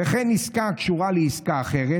וכן עסקה הקשורה לעסקה אחרת,